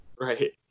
Right